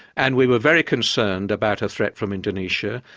and we were very concerned about a threat from indonesia,